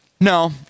No